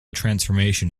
transformation